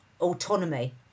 autonomy